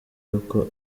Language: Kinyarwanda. y’uko